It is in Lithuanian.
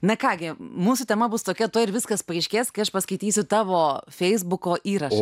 na ką gi mūsų tema bus tokia tuoj ir viskas paaiškės kai aš paskaitysiu tavo feisbuko įrašą